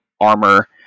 armor